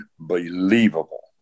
unbelievable